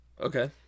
Okay